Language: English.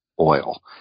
oil